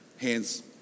Hands